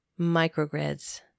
Microgrids